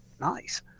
Nice